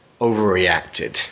overreacted